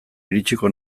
iritsiko